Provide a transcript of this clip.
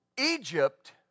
Egypt